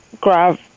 grab